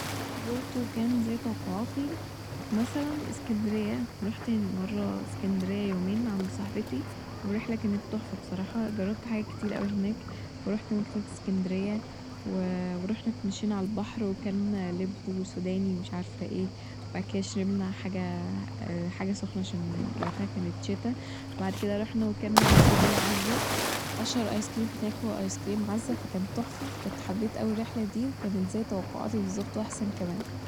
زورته وكان زي توقعاتي مثلا اسكندرية ، رحت ه- مرة اسكندرية يومين عند صحبتي والرحلة كانت تحفة بصراحة ، جربت حاجات كتير أوي هناك ورحت مكتبة اسكندرية و ورحنا اتمشينا على البحر وكلنا لب وسوداني ومش عارفه ايه وبعد كده شربنا حاجة حاجة سخنة عشان وقتها كانت شتا وبعد كده رحنا وكلنا آيس كريم عزة أشهر آيس كريم بتاكل آيس كريم عزة فكان تحفة فكنت حبيت اوي الرحلة دي وكانت زي توقعاتي الظبط وأحسن كمان